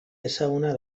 ezaguna